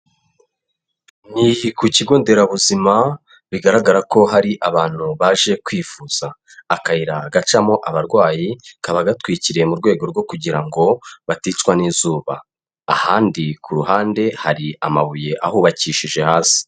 Ni ku kigo nderabuzima bigaragara ko hari abantu baje kwifuza, akayira gacamo abarwayi kaba gatwikiriye mu rwego rwo kugira ngo baticwa n'izuba, ahandi ku ruhande hari amabuye ahubakishije hasi.